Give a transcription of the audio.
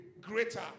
greater